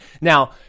Now